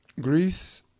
Greece